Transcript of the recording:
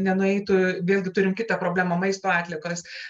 nenueitų vėlgi turim kitą problemą maisto atliekas